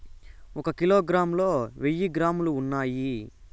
ఒక కిలోగ్రామ్ లో వెయ్యి గ్రాములు ఉన్నాయి